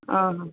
અહં